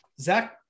Zach